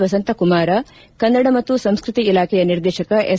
ವಸಂತ ಕುಮಾರ ಕನ್ನಡ ಮತ್ತು ಸಂಸ್ಕೃತಿ ಇಲಾಖೆಯ ನಿರ್ದೇಶಕ ಎಸ್